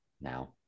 now